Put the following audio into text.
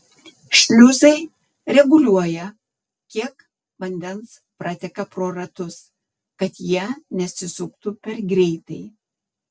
šliuzai reguliuoja kiek vandens prateka pro ratus kad jie nesisuktų per greitai